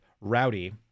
rowdy